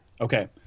Okay